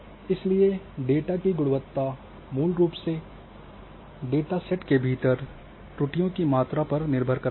इसलिए डेटा की गुणवत्ता मूल रूप से एक डेटासेट के भीतर त्रुटियों की मात्रा पर निर्भर है